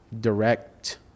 direct